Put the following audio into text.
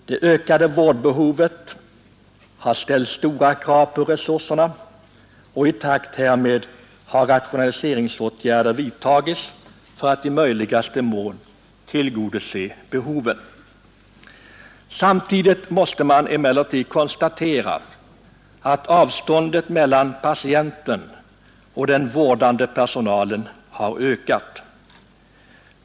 Det ökade vårdbehovet har ställt stora krav på resurserna, och i takt härmed har man vidtagit rationaliserings åtgärder för att i möjligaste mån tillgodose behovet. Samtidigt måste man emellertid konstatera att avståndet mellan patienten och den vårdande personalen har ökat.